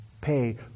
pay